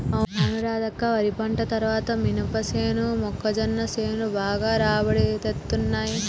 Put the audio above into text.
అవును రాధక్క వరి పంట తర్వాత మినపసేను మొక్కజొన్న సేను బాగా రాబడి తేత్తున్నయ్